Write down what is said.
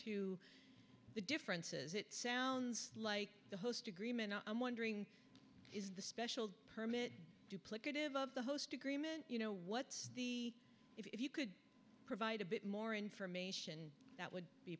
to the differences it sounds like the host agreement i'm wondering is the special permit duplicative of the host agreement you know what's the if you could provide a bit more information that would be